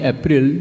April